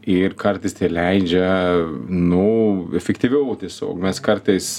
ir kartais tai leidžia nu efektyviau tiesiog mes kartais